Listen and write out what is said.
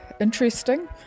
interesting